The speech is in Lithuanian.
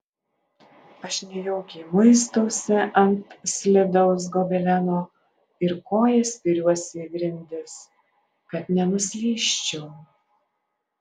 aš nejaukiai muistausi ant slidaus gobeleno ir koja spiriuosi į grindis kad nenuslysčiau